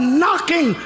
knocking